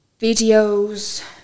videos